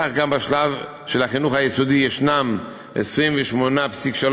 כך גם בשלב של החינוך היסודי: יש 28.3